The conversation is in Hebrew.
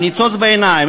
עם ניצוץ בעיניים.